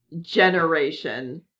generation